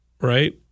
right